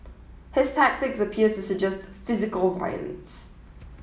his tactics appear to suggest physical violence